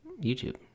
YouTube